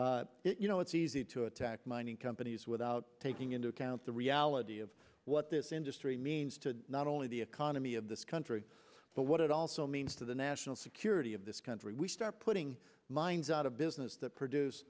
that you know it's easy to attack mining companies without taking into account the reality of what this industry means to not only the economy of this country but what it also means to the national security of this country we start putting mines out of business that produce